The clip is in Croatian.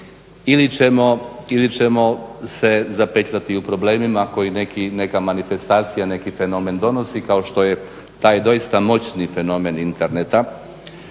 ili ćemo se zapetljati u problemima koji neka manifestacija, neki fenomen donosi kao što je taj doista moćni fenomen interneta.